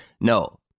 No